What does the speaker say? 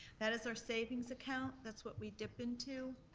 that is our savings account, that's what we dip into.